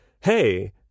hey